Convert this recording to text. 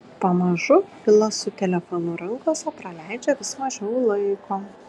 pamažu filas su telefonu rankose praleidžia vis mažiau laiko